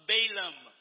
Balaam